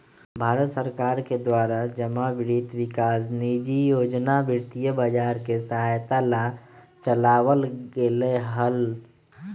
भारत सरकार के द्वारा जमा वित्त विकास निधि योजना वित्तीय बाजार के सहायता ला चलावल गयले हल